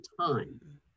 time